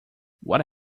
what